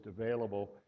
available